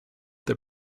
that